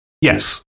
Yes